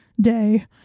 day